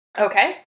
Okay